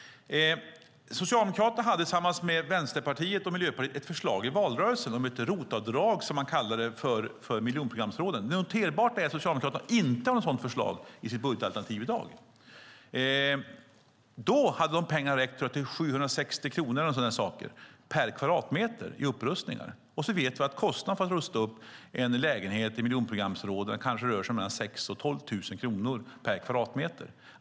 Socialdemokraterna hade tillsammans med Vänsterpartiet och Miljöpartiet ett förslag i valrörelsen om ett ROT-avdrag för miljonprogramsområdena. Noterbart är att Socialdemokraterna inte har något sådant förslag i sitt budgetalternativ i dag. Då hade dessa pengar räckt till omkring 760 kronor per kvadratmeter för upprustning. Men vi vet att kostnaden för att rusta upp en lägenhet i miljonprogramsområdena kanske rör sig om 6 000-12 000 kronor per kvadratmeter.